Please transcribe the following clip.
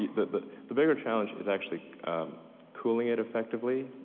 the the bigger challenge is actually cooling it effectively,